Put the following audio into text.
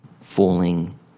falling